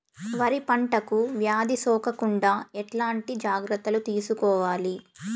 వరి పంటకు వ్యాధి సోకకుండా ఎట్లాంటి జాగ్రత్తలు తీసుకోవాలి?